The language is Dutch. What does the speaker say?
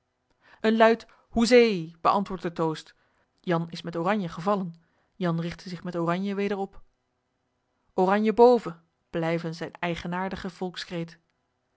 een luid hoezee beantwoordt den toast jan is met oranje gevallen jan rigtte zich met oranje weder op oranje boven blijve zijn